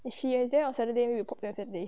if she in there on saturday we pop there sunday